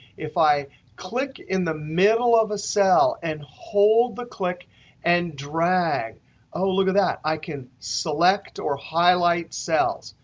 if i click in the middle of a cell and hold the click and drag oh, look at that. i can select or highlight cells.